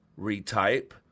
retype